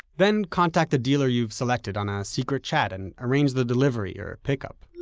then contact the dealer you've selected on a secret chat and arrange the delivery or pickup.